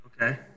Okay